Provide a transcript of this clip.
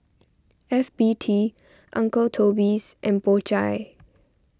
F B T Uncle Toby's and Po Chai